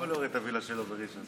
למה לא הראית את הווילה שלו בראשון?